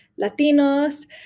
Latinos